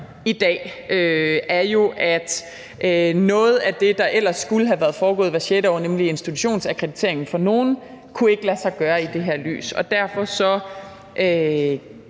i dag, er jo, at noget af det, der ellers foregår hvert sjette år, nemlig institutionsakkrediteringen for nogle, ikke kunne lade sig gøre i det her lys, og derfor